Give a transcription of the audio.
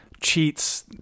cheats